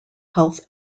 health